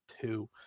two